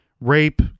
rape